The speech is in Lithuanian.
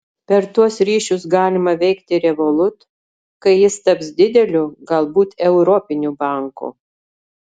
per tuos ryšius galima veikti revolut kai jis taps dideliu galbūt europiniu banku